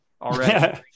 already